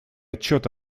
отчет